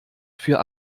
für